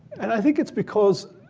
and i think it's because